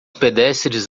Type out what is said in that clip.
pedestres